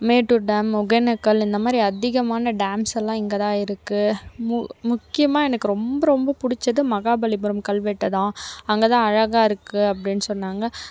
Mettur dam Hogenakkal இந்த மாதிரி அதிகமான டேம்ஸெல்லாம் இங்கேதான் இருக்குது மு முக்கியமாக எனக்கு ரொம்ப ரொம்ப பிடிச்சது மகாபலிபுரம் கல்வெட்டுதான் அங்கேதான் அழகாக இருக்குது அப்படின்னு சொன்னாங்கள்